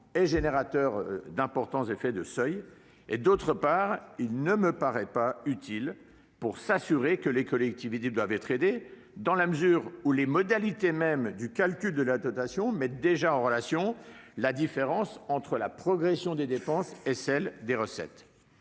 et générateur d'importants effets de seuil ; d'autre part, il ne me paraît pas utile pour s'assurer que les collectivités doivent être aidées, dans la mesure où les modalités mêmes de calcul de la dotation mettent déjà en relation la différence entre la progression des dépenses et celle des recettes.